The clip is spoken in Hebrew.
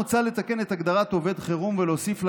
מוצע לתקן את הגדרת "עובד חירום" ולהוסיף לה